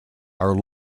are